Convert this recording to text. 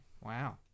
Wow